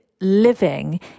living